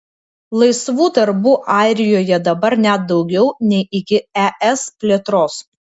laisvų darbų airijoje dabar net daugiau nei iki es plėtros